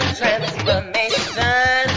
transformation